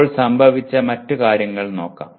ഇപ്പോൾ സംഭവിച്ച മറ്റ് കാര്യങ്ങൾ നോക്കാം